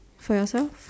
for yourself